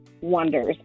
wonders